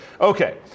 Okay